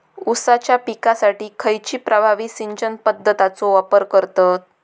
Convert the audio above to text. ऊसाच्या पिकासाठी खैयची प्रभावी सिंचन पद्धताचो वापर करतत?